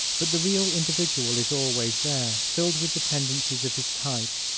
but the real individual is always there, filled with the tendencies of his type,